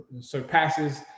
surpasses